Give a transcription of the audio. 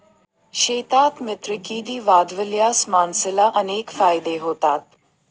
शेतात मित्रकीडी वाढवल्यास माणसाला अनेक फायदे होतात